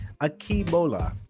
akibola